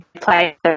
play